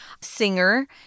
singer